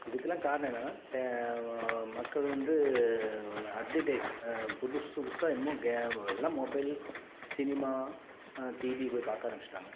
இதுக்கெல்லாம் காரணம் என்னென்னா டே வோ மக்கள் வந்து அப்படிடேட் புதுசு புதுசாக என்னமோ கேம் எல்லாம் மொபைல் சினிமா டிவி இப்போ பார்க்க ஆரம்பிச்சிட்டாங்க